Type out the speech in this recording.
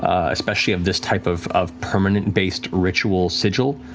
especially of this type of of permanent-based ritual sigil.